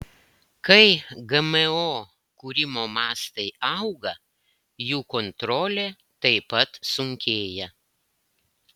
kai gmo kūrimo mastai auga jų kontrolė taip pat sunkėja